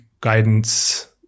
guidance